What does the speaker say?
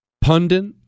pundit